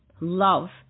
love